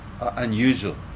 unusual